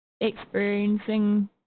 experiencing